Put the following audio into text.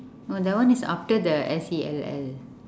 no that one is after the S E L L